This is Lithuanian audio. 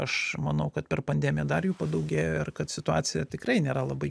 aš manau kad per pandemiją dar jų padaugėjo ir kad situacija tikrai nėra labai